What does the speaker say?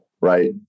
right